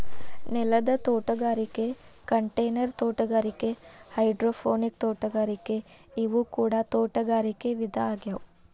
ನೆಲದ ತೋಟಗಾರಿಕೆ ಕಂಟೈನರ್ ತೋಟಗಾರಿಕೆ ಹೈಡ್ರೋಪೋನಿಕ್ ತೋಟಗಾರಿಕೆ ಇವು ಕೂಡ ತೋಟಗಾರಿಕೆ ವಿಧ ಆಗ್ಯಾವ